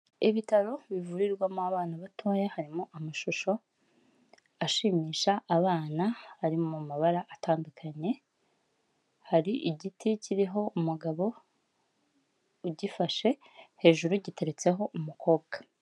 Ibitaro bivurirwamo abana batoya harimo amashusho ashimisha abana ari mu mabara atandukanye, hari igiti kiriho umugabo ugifashe, hejuru giteretseho umukobwa.